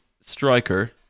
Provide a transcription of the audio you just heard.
striker